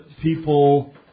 people